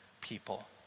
people